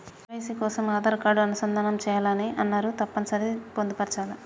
KYC కోసం Aadhaar card అనుసంధానం చేయాలని అన్నరు తప్పని సరి పొందుపరచాలా?